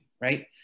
right